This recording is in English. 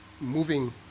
moving